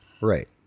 right